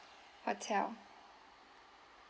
hotel